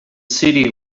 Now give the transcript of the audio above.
city